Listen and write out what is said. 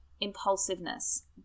impulsiveness